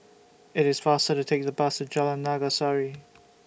IT IS faster to Take The Bus to Jalan Naga Sari